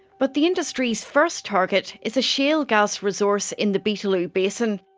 but the industry's first target is a shale gas resource in the beetaloo basin.